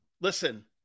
Listen